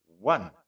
one